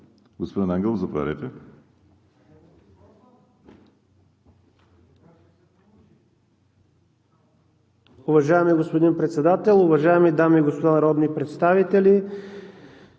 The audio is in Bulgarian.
Господин Ангелов, заповядайте.